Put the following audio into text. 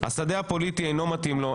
השדה הפוליטי אינו מתאים לו,